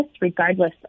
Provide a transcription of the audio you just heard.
regardless